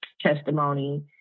testimony